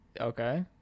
Okay